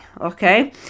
okay